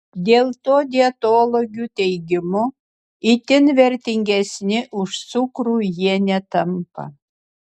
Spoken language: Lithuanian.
dėl to dietologių teigimu itin vertingesni už cukrų jie netampa